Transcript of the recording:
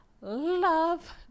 Love